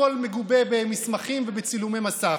הכול מגובה במסמכים ובצילומי מסך.